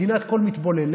מדינת כל מתבולליה?